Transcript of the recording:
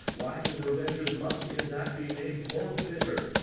why, his revenges must in that be made more bitter.